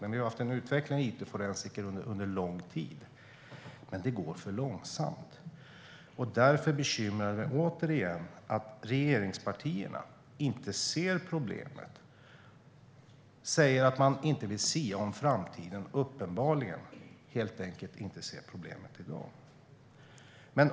Det har varit en utveckling av it-forensiker under lång tid. Men det går för långsamt. Därför bekymrar det mig återigen att regeringspartierna inte ser problemet och säger att man inte vill sia om framtiden och uppenbarligen inte ser problemet i dag.